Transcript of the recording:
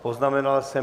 Poznamenal jsem.